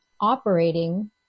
operating